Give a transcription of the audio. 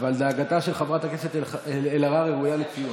אבל דאגתה של חברת הכנסת אלהרר ראויה לציון.